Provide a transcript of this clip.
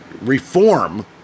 reform